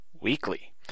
Weekly